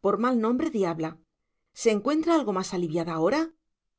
por mal nombre diabla se encuentra algo más aliviada ahora